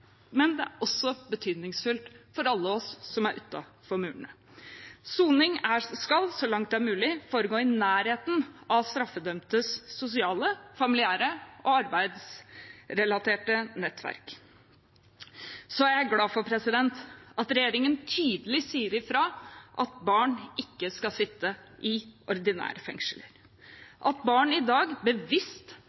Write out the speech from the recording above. det er også betydningsfullt for alle oss som er utenfor murene. Soning skal, så langt det er mulig, foregå i nærheten av straffedømtes sosiale, familiære og arbeidsrelaterte nettverk. Jeg er glad for at regjeringen tydelig sier fra om at barn ikke skal sitte i ordinære fengsler. At barn i dag bevisst